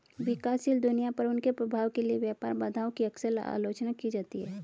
विकासशील दुनिया पर उनके प्रभाव के लिए व्यापार बाधाओं की अक्सर आलोचना की जाती है